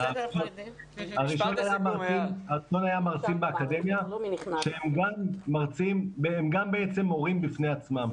הראשון היה מרצים באקדמיה שהם גם בעצם מורים בפני עצמם.